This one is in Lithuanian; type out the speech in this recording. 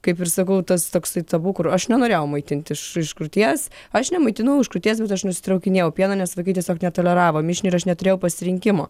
kaip ir sakau tas toksai tabu kur aš nenorėjau maitinti iš iš krūties aš nemaitinau už krūties bet aš nusitraukinėju pieną nes vaikai tiesiog netoleravo mišinio ir aš neturėjau pasirinkimo